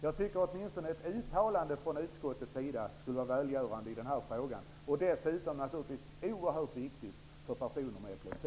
Jag tycker att åtminstone ett uttalande från utskottets sida skulle vara välgörande i den här frågan och dessutom naturligtvis oerhört viktigt för personer med epilepsi.